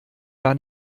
gar